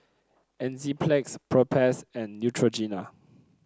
Enzyplex Propass and Neutrogena